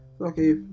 okay